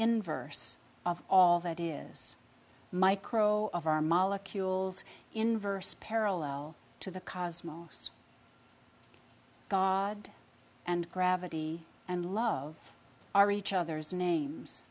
inverse of all that is micro of our molecules inverse parallel to the cosmos god and gravity and love are each other's names